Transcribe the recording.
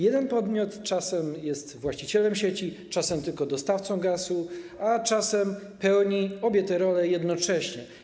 Jeden podmiot czasem jest właścicielem sieci, czasem tylko dostawcą gazu, a czasem pełni obie te role jednocześnie.